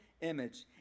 image